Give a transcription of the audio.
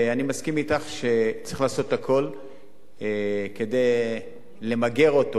אני מסכים אתך שצריך לעשות הכול כדי למגר אותו.